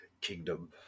Kingdom